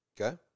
Okay